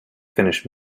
finish